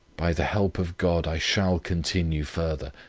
by the help of god i shall continue further,